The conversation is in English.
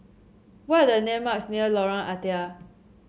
what are the landmarks near Lorong Ah Thia